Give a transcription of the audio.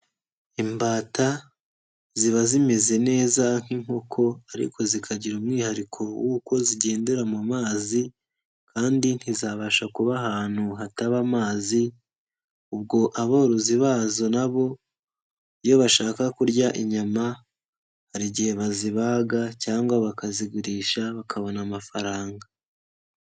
Imbata ziba zimeze neza nk'inkoko ariko zikagira umwihariko w'uko zigendera mu mazi kandi ntizabasha kuba ahantu hataba amazi, ubwo aborozi bazo na bo iyo bashaka kurya inyama, hari igihe bazibaga cyangwa bakazigurisha bakabona amafaranga.